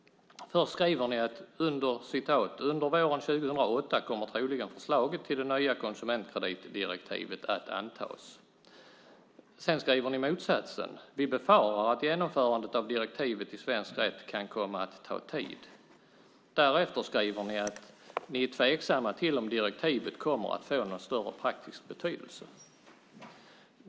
Först skriver ni: "Under våren 2008 kommer troligen förslaget till det nya konsumentkreditdirektivet att antas." Sedan skriver ni motsatsen: "Vi befarar att genomförandet av direktivet i svensk rätt kan komma att ta tid." Därefter skriver ni att ni "är tveksamma till om direktivet kommer att få någon större praktisk betydelse".